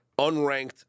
unranked